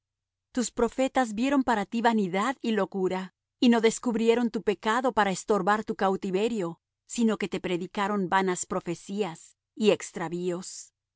tus profetas vieron para ti vanidad y locura y no descubrieron tu pecado para estorbar tu cautiverio sino que te predicaron vanas profecías y extravíos